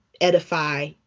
edify